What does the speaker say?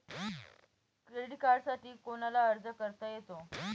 Credit कार्डसाठी कोणाला अर्ज करता येतो?